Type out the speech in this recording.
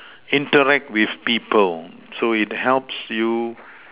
interact with people so it helps you